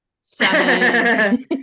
seven